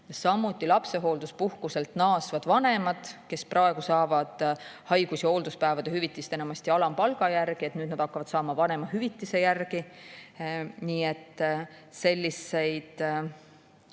Samuti lapsehoolduspuhkuselt naasvad vanemad, kes praegu saavad haigus- ja hoolduspäevade hüvitist enamasti alampalga järgi, hakkavad nüüd seda saama vanemahüvitise järgi. Nii et [need